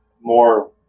more